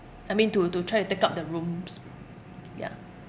I mean to to try to take up the rooms yeah